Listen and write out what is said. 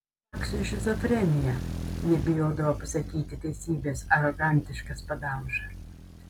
paksiui šizofrenija nebijodavo pasakyti teisybės arogantiškas padauža